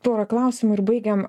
porą klausimų ir baigiam